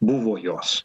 buvo jos